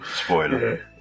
Spoiler